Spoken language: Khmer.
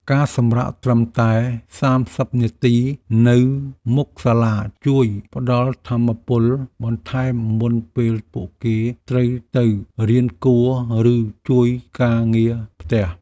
ការសម្រាកត្រឹមតែសាមសិបនាទីនៅមុខសាលាជួយផ្ដល់ថាមពលបន្ថែមមុនពេលពួកគេត្រូវទៅរៀនគួរឬជួយការងារផ្ទះ។